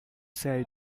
say